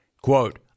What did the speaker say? Quote